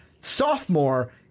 sophomore